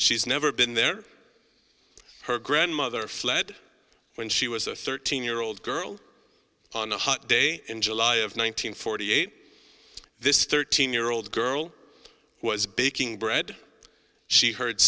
she's never been there her grandmother fled when she was a thirteen year old girl on a hot day in july of one nine hundred forty eight this thirteen year old girl was baking bread she heard